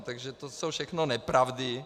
Takže to jsou všechno nepravdy.